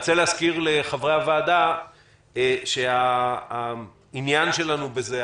אני רוצה להזכיר לחברי הוועדה שהעניין שלנו בזה,